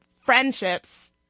friendships